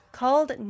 called